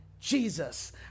Jesus